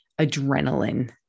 adrenaline